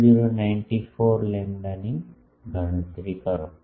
0094 લેમ્બડાની ગણતરી કરો